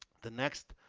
the next